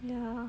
ya